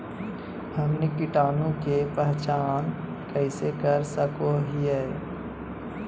हमनी कीटाणु के पहचान कइसे कर सको हीयइ?